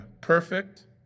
perfect